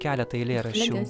keletą eilėraščių